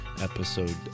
episode